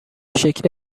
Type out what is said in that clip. شکل